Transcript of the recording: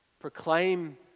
proclaim